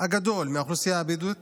הגדול של האוכלוסייה הבדואית